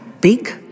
big